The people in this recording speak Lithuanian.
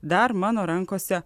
dar mano rankose